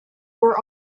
were